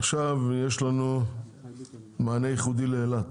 עכשיו יש לנו מענה ייחודי לאילת,